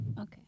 Okay